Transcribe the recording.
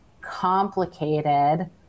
complicated